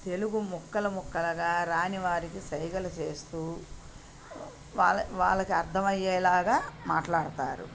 తెలుగు ముక్కలు ముక్కలుగా రాని వారికి సైగలు చేస్తూ వాళ్ళకు అర్థమయ్యేలాగా మాట్లాడతారు